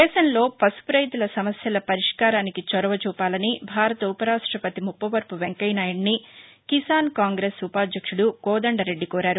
దేశంలో పసుపు రైతుల సమస్యల పరిష్కారానికి చొరవ చూపాలని భారత ఉపరాష్టపతి ముప్పవరపు వెంకయ్యనాయుడిని కిసాస్ కాంగ్రెస్ ఉపాధ్యక్షుడు కోదండరెడ్డి కోరారు